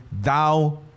thou